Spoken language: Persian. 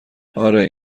آره